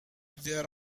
there